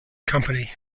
company